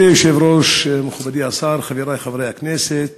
אדוני היושב-ראש, מכובדי השר, חברי חברי הכנסת,